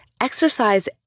exercise